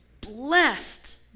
blessed